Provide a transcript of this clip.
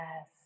Yes